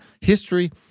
history